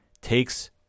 takes